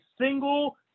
single